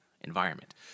environment